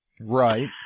right